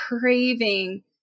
craving